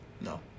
no